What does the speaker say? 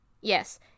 Yes